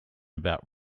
about